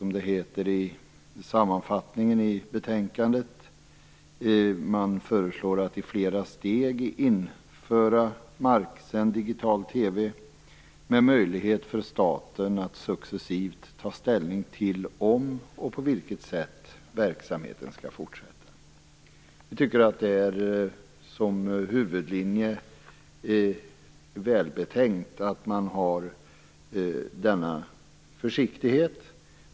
I betänkandets sammanfattning föreslås att i flera steg införa marksänd digital TV med möjlighet för staten att successivt ta ställning till om och på vilket sätt verksamheten skall fortsätta. Vi tycker som huvudlinje att det är välbetänkt att iaktta denna försiktighet.